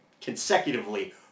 consecutively